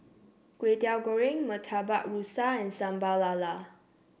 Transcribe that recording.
Kway Teow Goreng Murtabak Rusa and Sambal Lala